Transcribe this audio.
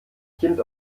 kind